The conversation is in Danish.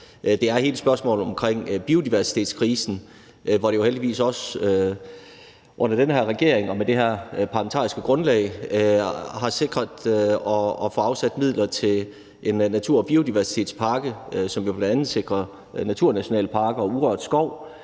Det er hele spørgsmålet omkring biodiversitetskrisen, hvor vi jo heldigvis også under den her regering og med det her parlamentariske grundlag har sikret at få afsat midler til en natur- og biodiversitetspakke, som bl.a. sikrer naturnationalparker og urørt skov.